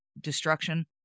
destruction